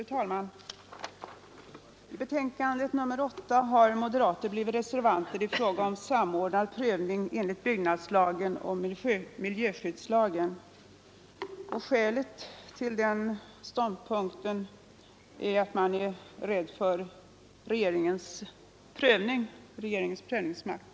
Fru talman! I civilutskottets betänkande nr 8 har moderaterna blivit reservanter i fråga om samordnad prövning enligt byggnadslagen och miljöskyddslagen. Skälen till den ståndpunkten är att man är rädd för regeringens prövningsmakt.